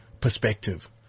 perspective